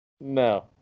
No